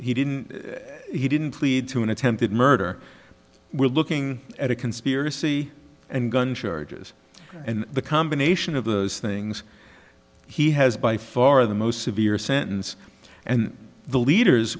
he didn't he didn't plead to an attempted murder we're looking at a conspiracy and gun charges and the combination of those things he has by far the most severe sentence and the leaders